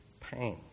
pain